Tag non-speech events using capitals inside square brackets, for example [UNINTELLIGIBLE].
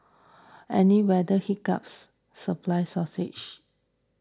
any weather hiccups supply [UNINTELLIGIBLE]